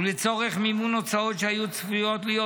ולצורך מימון הוצאות שהיו צפויות להיות